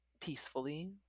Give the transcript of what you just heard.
peacefully